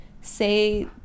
say